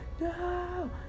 No